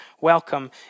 welcome